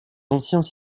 anciens